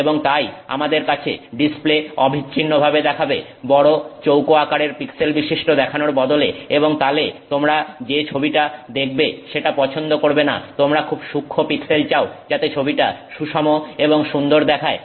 এবং তাই আমাদের কাছে ডিসপ্লে অবিচ্ছিন্নভাবে দেখাবে বড় চৌকো আকারের পিক্সেলবিশিষ্ট দেখানোর বদলে এবং তালে তোমরা যে ছবিটা দেখবে সেটা পছন্দ করবে না তোমরা খুব সূক্ষ্ম পিক্সেল চাও যাতে ছবিটা সুষম এবং সুন্দর দেখায়